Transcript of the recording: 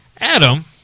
Adam